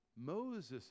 Moses